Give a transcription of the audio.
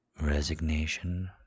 resignation